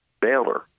Baylor